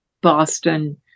Boston